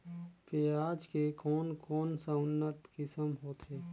पियाज के कोन कोन सा उन्नत किसम होथे?